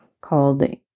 called